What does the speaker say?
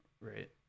Right